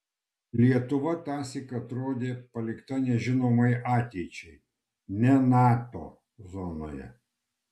lietuva tąsyk atrodė palikta nežinomai ateičiai ne nato zonoje